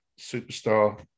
superstar